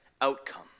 outcome